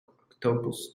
octopus